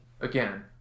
Again